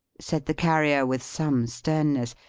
said the carrier, with some sternness,